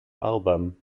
album